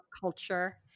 culture